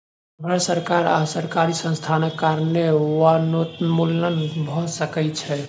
भ्रष्ट सरकार आ सरकारी संस्थानक कारणें वनोन्मूलन भ सकै छै